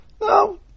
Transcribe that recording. No